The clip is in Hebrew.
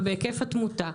ובהיקף התמותה,